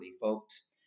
folks